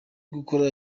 gukora